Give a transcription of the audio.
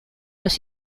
los